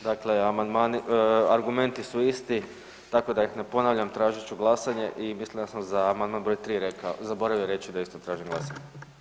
Dakle, amandmani, argumenti su isti, tako da ih ne ponavljam, tražit ću glasanje i mislim da sam za amandman br. 3. rekao, zaboravio reći da isto tražim glasanje.